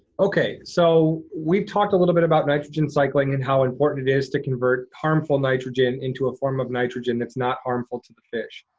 okay, so we talked a little bit about nitrogen cycling and how it important it is to convert harmful nitrogen into a form of nitrogen that's not harmful to the fish.